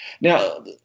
now